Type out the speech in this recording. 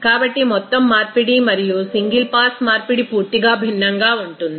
కాబట్టి మొత్తం మార్పిడి మరియు సింగిల్ పాస్ మార్పిడి పూర్తిగా భిన్నంగా ఉంటుంది